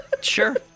Sure